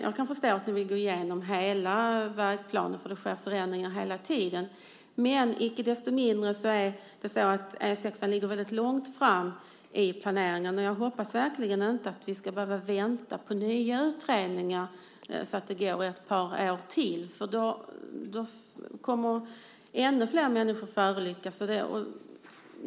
Jag kan förstå att ni vill gå igenom hela vägplanen, för det sker förändringar hela tiden. Men icke desto mindre är det så att E 6:an ligger väldigt långt fram i planeringarna. Jag hoppas verkligen att vi inte ska behöva vänta på nya utredningar så att det går ett par år till. Då kommer ännu flera människor att förolyckas.